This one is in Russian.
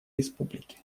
республики